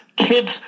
Kids